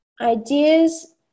ideas